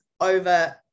over